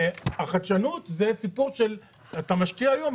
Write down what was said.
החדשנות זה סיפור שאתה משקיע היום,